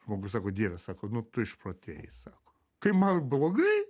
žmogus sako dieve sako nu tu išprotėjai sako kaip man blogai